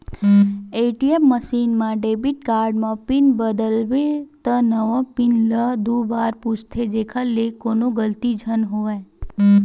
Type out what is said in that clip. ATM machine म debit card म pin बदलबे त नवा पिन ल दू बार पूछथे जेखर ले कोनो गलती झन होवय